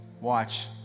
watch